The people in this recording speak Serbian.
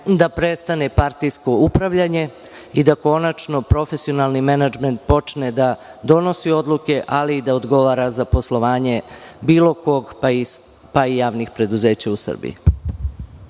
da prestane partijsko upravljanje i da konačno profesionalni menadžment počne da donosi odluke, ali i da odgovara za poslovanje bilo kog, pa i javnih preduzeća u Srbiji.